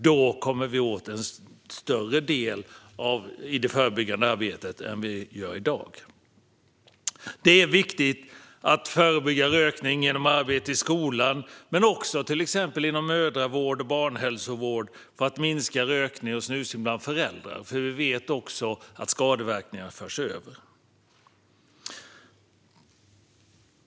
Då kommer man åt en större del genom det förebyggande arbetet än vad vi gör i dag. Det är viktigt att förebygga rökning genom arbete i skolan men också inom till exempel mödravård och barnhälsovård - detta för att minska rökning och snusande bland föräldrar. Vi vet också att skadeverkningarna förs över.